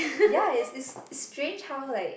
ya it's it's it's strange how like